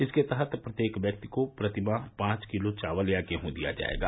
इसके तहत प्रत्येक व्यक्ति को प्रति माह पांच किलो चावल या गेहूं दिया जाएगा